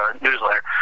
newsletter